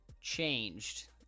changed